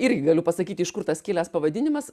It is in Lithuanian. irgi galiu pasakyti iš kur tas kilęs pavadinimas